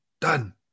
Done